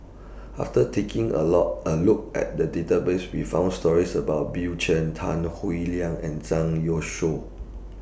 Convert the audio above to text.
after taking A Low A Look At The Database We found stories about Bill Chen Tan Howe Liang and Zhang Youshuo